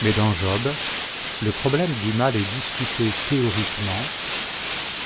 mais dans job le problème du mai est discuté théoriquement